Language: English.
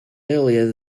earlier